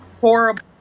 horrible